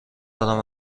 دارم